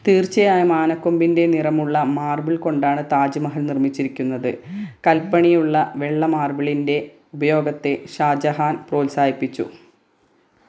തീർച്ചയായും ആനക്കൊമ്പിന്റെ നിറമുള്ള മാർബിൾ കൊണ്ടാണ് താജ്മഹൽ നിർമ്മിച്ചിരിക്കുന്നത് കൽപ്പണിയുള്ള വെള്ള മാർബിളിന്റെ ഉപയോഗത്തെ ഷാജഹാൻ പ്രോത്സാഹിപ്പിച്ചു